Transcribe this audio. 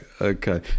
Okay